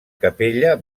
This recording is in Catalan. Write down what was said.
capella